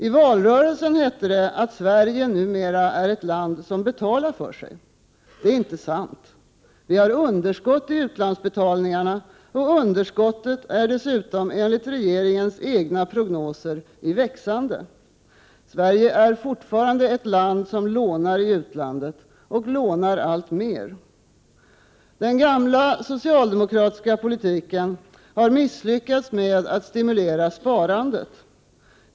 I valrörelsen hette det att Sverige numera är ett land som betalar för sig. Det är inte sant. Vi har underskott i utlandsbetalningarna, och underskottet är dessutom enligt regeringens egna prognoser i växande. Sverige är fortfarande ett land som lånar i utlandet, och lånar alltmer. Den gamla socialdemokratiska politiken har misslyckats med att stimulera sparandet.